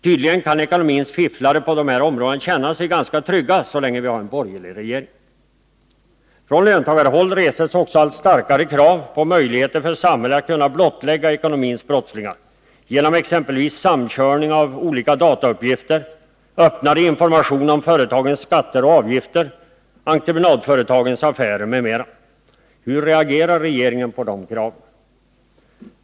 Tydligen kan ekonomins fifflare på dessa områden känna sig ganska trygga, så länge vi har en borgerlig regering. På löntagarhåll reses också allt starkare krav på möjligheter för samhället att blottlägga ekonomisk brottslighet, exempelvis genom samkörning av olika datauppgifter, öppnare information om företagens skatter och avgifter, entreprenadföretagens affärer m.m. Hur reagerar regeringen på de kraven?